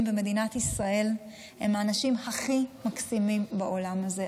במדינת ישראל הם האנשים הכי מקסימים בעולם הזה.